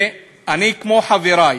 ואני, כמו חברי: